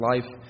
life